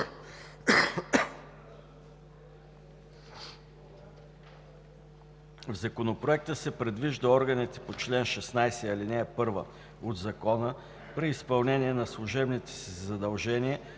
В Законопроекта се предвижда органите по чл. 16, ал. 1 от Закона при изпълнение на служебните си задължения